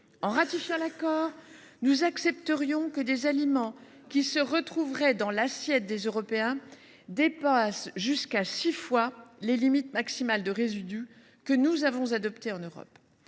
En ratifiant l’accord, nous accepterions que des aliments qui se retrouveraient dans l’assiette des Européens dépassent jusqu’à six fois les limites maximales de résidus que nous avons adoptées en Europe.